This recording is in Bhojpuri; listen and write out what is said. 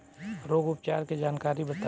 रोग उपचार के जानकारी बताई?